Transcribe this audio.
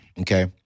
okay